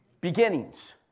Beginnings